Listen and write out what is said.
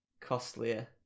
costlier